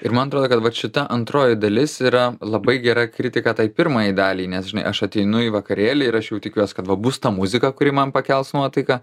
ir man atrodo kad vat šita antroji dalis yra labai gera kritika tai pirmajai daliai nes žinai aš ateinu į vakarėlį ir aš jau tikiuos kad va bus ta muzika kuri man pakels nuotaiką